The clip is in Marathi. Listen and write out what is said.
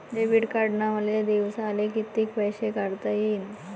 डेबिट कार्डनं मले दिवसाले कितीक पैसे काढता येईन?